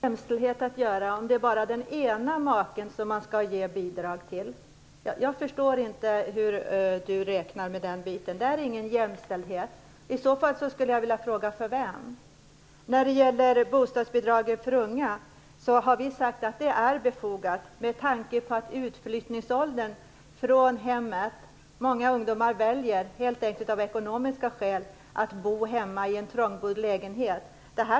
Fru talman! Hur har det med jämställdhet att göra om det bara är den ena maken man skall ge bidrag? Jag förstår inte hur Ulf Björklund räknar. Det är ingen jämställdhet. I så fall vill jag fråga: För vem? Inom Centern har vi sagt att bostadsbidragen för unga är befogade med tanke på utflyttningsåldern från hemmet. Många ungdomar väljer helt enkelt att bo hemma i en trång lägenhet av ekonomiska skäl.